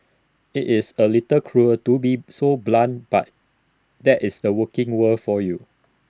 IT is A little cruel to be so blunt but that is the working world for you